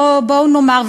בואו נאמר,